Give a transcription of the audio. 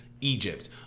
Egypt